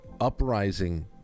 uprising